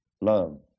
Love